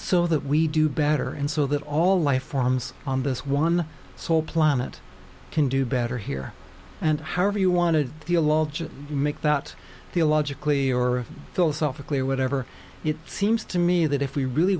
so that we do better in so that all life forms on this one sole planet can do better here and however you want to make that theologically or philosophically or whatever it seems to me that if we really